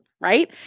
right